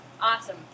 awesome